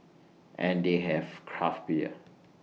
and they have craft beer